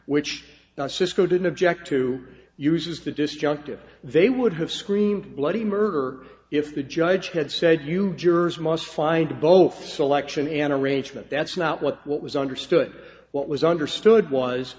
sisko didn't object to uses the disjunctive they would have screamed bloody murder if the judge had said you jurors must find both selection and arrangement that's not what what was understood what was understood was